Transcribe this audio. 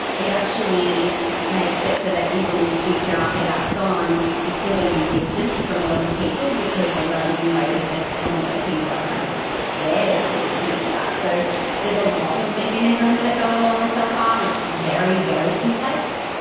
it actually makes it so that even in the future after that is gone you are still going to be distant from a lot of people because they are going to notice it and a lot of people are kind of scared of people who do that. so there's a lot of mechanisms that go along with self-harm. it's very, very complex,